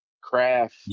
craft